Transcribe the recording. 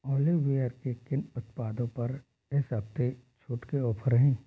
olive Ware के किन उत्पादों पर इस हफ़्ते छूट के ऑफ़र हैं